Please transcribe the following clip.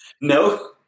No